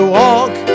walk